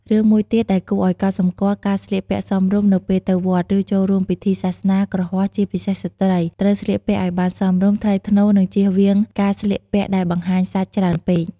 រឿងមួយទៀតដែលគួរអោយកត់សម្គាល់ ការស្លៀកពាក់សមរម្យ នៅពេលទៅវត្ត ឬចូលរួមពិធីសាសនា គ្រហស្ថ ជាពិសេសស្ត្រី ត្រូវស្លៀកពាក់ឲ្យបានសមរម្យ ថ្លៃថ្នូរ និងជៀសវាងការស្លៀកពាក់ដែលបង្ហាញសាច់ច្រើនពេក។